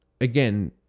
again